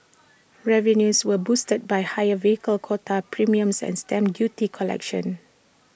revenues were boosted by higher vehicle quota premiums and stamp duty collections